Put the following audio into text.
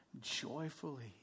joyfully